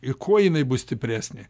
ir kuo jinai bus stipresnė